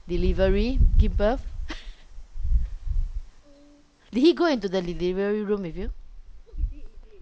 delivery give birth did he go into the delivery room with you